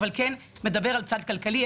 מדבר על צד כלכלי,